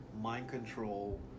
mind-control